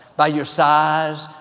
by your size,